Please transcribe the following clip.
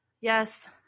Yes